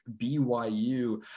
BYU